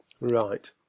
Right